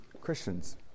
Christians